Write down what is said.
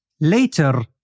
later